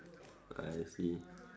I see